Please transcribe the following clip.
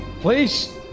Please